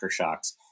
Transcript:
aftershocks